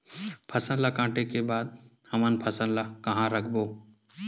फसल ला काटे के बाद हमन फसल ल कहां रखबो?